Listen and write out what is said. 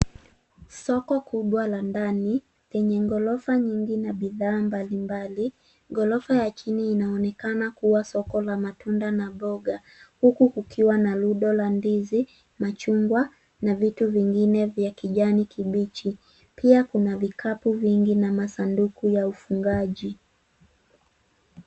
Soko kubwa la ndani lenye ghorofa nyingi na bidhaa mbalimbali. Ghorofa ya chini inaonekana kuwa soko la matunda na mboga huku kukiwa na rundo la ndizi, machungwa na vitu vingine vya kijani kibichi. Pia kuna vikapu vingi na masanduku ya ufungaji.